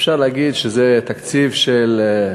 אפשר להגיד שזה תקציב של,